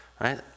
right